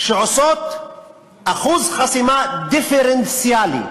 שעושות אחוז חסימה דיפרנציאלי.